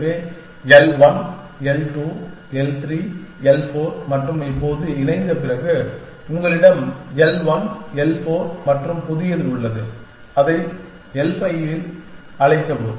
எனவே L 1 L 2 L 3 L 4 மற்றும் இப்போது இணைந்த பிறகு உங்களிடம் எல் 1 எல் 4 மற்றும் புதியது உள்ளது அதை எல் 5 என்று அழைக்கவும்